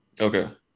Okay